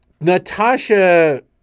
Natasha